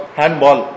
handball